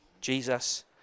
Jesus